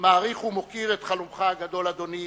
מעריך ומוקיר את חלומך הגדול, אדוני,